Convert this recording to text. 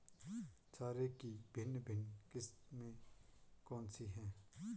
चारे की भिन्न भिन्न किस्में कौन सी हैं?